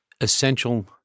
essential